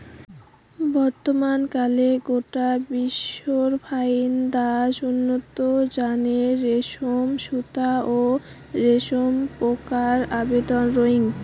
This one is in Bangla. বর্তমানকালত গোটা বিশ্বর ফাইক দ্যাশ উন্নত জাতের রেশম সুতা ও রেশম পোকার আবাদ করাং